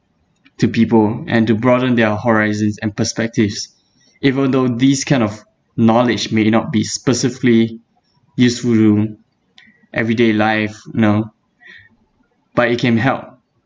to people and to broaden their horizons and perspectives even though these kind of knowledge may not be specifically useful everyday life you know but it can help